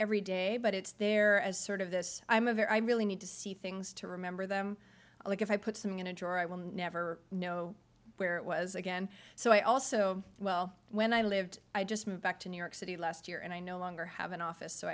every day but it's there as sort of this i'm a very i really need to see things to remember them like if i put some going to door i will never know where it was again so i also well when i lived i just moved back to new york city last year and i no longer have an office so